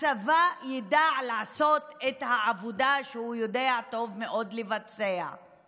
הצבא ידע לעשות את העבודה שהוא יודע לבצע טוב מאוד.